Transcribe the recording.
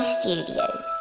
Studios